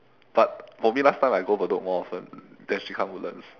but for me last time I go bedok more often then she come woodlands